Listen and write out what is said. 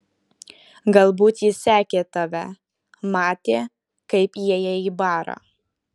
galbūt jis sekė tave matė kaip įėjai į barą